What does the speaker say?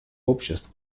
обществ